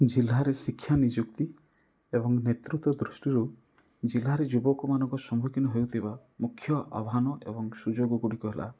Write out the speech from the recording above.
ଜିଲ୍ଲାରେ ଶିକ୍ଷା ନିଯୁକ୍ତି ଏବଂ ନେତୃତ୍ୱ ଦୃଷ୍ଟିରୁ ଜିଲ୍ଲାରେ ଯୁବକ ମାନଙ୍କ ସମ୍ମୁଖୀନ ହେଉଥିବା ମୁଖ୍ୟ ଆହ୍ୱାନ ଏବଂ ସୁଯୋଗ ଗୁଡ଼ିକ ହେଲା